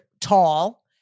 tall